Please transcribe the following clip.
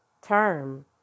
term